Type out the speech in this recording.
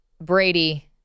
Brady